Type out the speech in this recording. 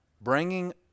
Bringing